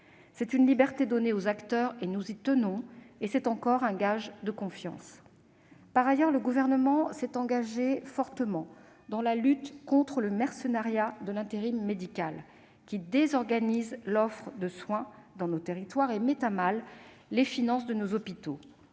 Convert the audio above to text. C'est une liberté donnée aux acteurs et nous y tenons, car c'est encore un gage de confiance. Par ailleurs, le Gouvernement s'est engagé fortement dans la lutte contre le mercenariat de l'intérim médical, qui désorganise l'offre de soins dans nos territoires et met à mal les finances de nos hôpitaux.